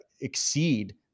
exceed